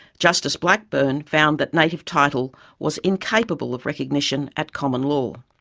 justice blackburn found that native title was incapable of recognition at common law.